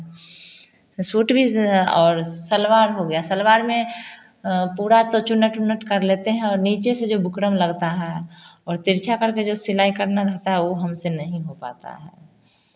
suit भी ज और सलवार हो गया सलवार में पूरा तो चुन्नट उन्नट कर लेते हैं और नीचे से जो बुकरम लगता है और तिरछा करके जो सिलाई करना होता है वह हमसे नहीं हो पाता है